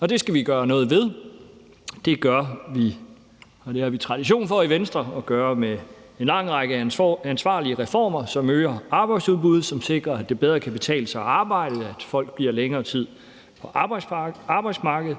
Det skal vi gøre noget ved. Det gør vi – det har vi tradition for i Venstre at gøre – med en lang række ansvarlige reformer, som øger arbejdsudbuddet, og som sikrer, at det bedre kan betale sig at arbejde, og at folk bliver længere tid på arbejdsmarkedet,